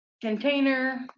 container